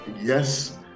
yes